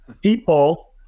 people